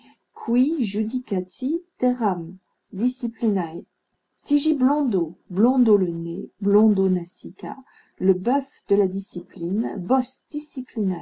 qui judicatis terram ci-gît blondeau blondeau le nez blondeau nasica le boeuf de la discipline bos disciplinæ